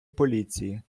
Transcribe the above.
поліції